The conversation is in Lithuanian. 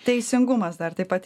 teisingumas dar taip pat